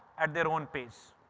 at their own pace.